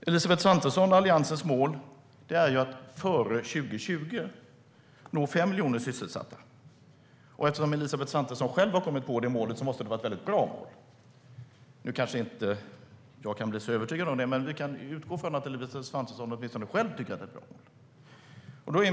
Elisabeth Svantessons och Alliansens mål är att före 2020 nå 5 miljoner sysselsatta, och eftersom Elisabeth Svantesson själv kommit på det målet måste det vara ett mycket bra mål. Nu kanske jag inte är så övertygad om det, men vi kan utgå från att Elisabeth Svantesson tycker att det är ett bra mål.